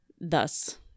thus